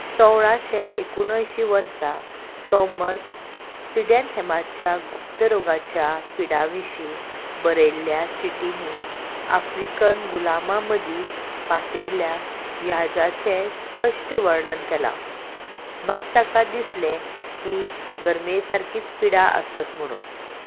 सोळाशें एकूणअंयशीं वर्सा तॉमस सिडॅन हॅमाच्या गुप्तरोगाच्या पिडां विशीं बरयल्ल्या चिटींनी आफ्रिकन गुलामां मदीं पातळिल्ल्या ह्याजाचें स्पश्ट वर्णन केलां मात ताका दिसलें ही गरमे सारकीच पिडा आसत म्हणून